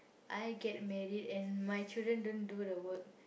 I get married and my children don't do the work